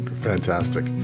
fantastic